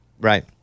Right